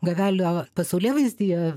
gavelio pasaulėvaizdyje